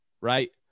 right